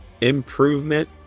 improvement